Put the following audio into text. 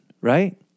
right